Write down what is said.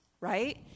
right